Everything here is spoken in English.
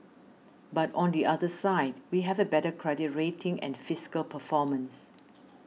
but on the other side we have a better credit rating and fiscal performance